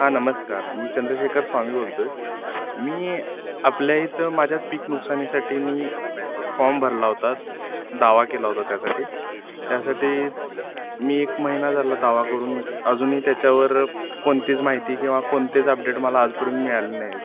हां नमस्कार मी चंद्रशेखर स्वामी बोलतो आहे मी आपल्या इथं माझ्या पीक नुकसानीसाठी मी फॉर्म भरला होता दावा केला होता त्यासाठी त्यासाठी मी एक महिना झाला दावा करून अजूनही त्याच्यावर कोणतीच माहिती किंवा कोणतेच अपडेट मला आजपर्यंत मिळाले नाही आहेत